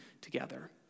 together